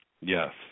Yes